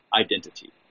identity